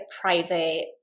private